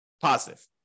positive